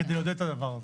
כדי לעודד את הדבר הזה.